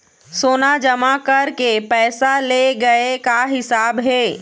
सोना जमा करके पैसा ले गए का हिसाब हे?